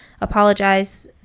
Apologize